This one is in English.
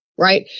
Right